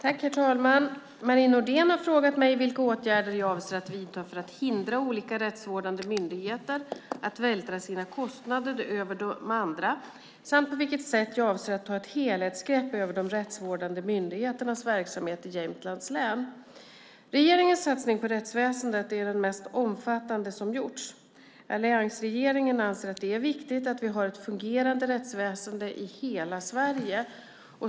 Herr talman! Marie Nordén har frågat mig vilka åtgärder jag avser att vidta för att hindra olika rättsvårdande myndigheter att vältra sina kostnader över de andra samt på vilket sätt jag avser att ta ett helhetsgrepp över de rättsvårdande myndigheternas verksamhet i Jämtlands län. Regeringens satsning på rättsväsendet är den mest omfattande som gjorts. Alliansregeringen anser att det är viktigt att vi har ett fungerande rättsväsen i hela Sverige.